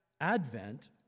advent